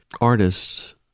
artists